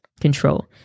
control